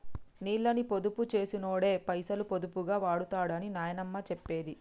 నీళ్ళని పొదుపు చేసినోడే పైసలు పొదుపుగా వాడుతడని నాయనమ్మ చెప్పేది